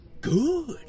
Good